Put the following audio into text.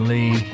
Lee